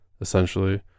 essentially